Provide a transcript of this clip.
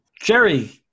Jerry